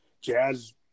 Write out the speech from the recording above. jazz